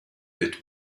bit